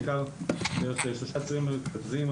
בעיקר דרך שלושה צירים מרכזיים,